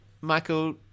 Michael